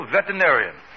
Veterinarian